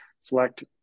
select